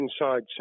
inside